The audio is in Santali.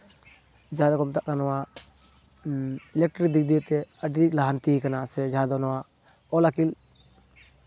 ᱡᱟᱦᱟᱸ ᱫᱚᱠᱚ ᱢᱮᱛᱟᱜ ᱠᱟᱱ ᱱᱚᱣᱟ ᱤᱞᱮᱠᱴᱨᱤᱠ ᱫᱤᱠ ᱫᱤᱭᱮᱛᱮ ᱟᱹᱰᱤ ᱞᱟᱦᱟᱱᱛᱤ ᱟᱠᱟᱱᱟ ᱥᱮ ᱡᱟᱦᱟᱸ ᱫᱚ ᱱᱚᱣᱟ ᱚᱞ ᱟᱹᱠᱤᱞ